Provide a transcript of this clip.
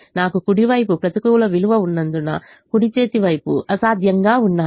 నాకు కుడి వైపు ప్రతికూల విలువ ఉన్నందున కుడి చేతి వైపు అసాధ్యంగా ఉన్నాయి